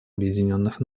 объединенных